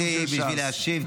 אני נשארתי בשביל להשיב,